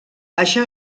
això